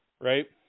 right